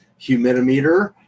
Humidimeter